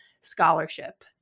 scholarship